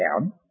down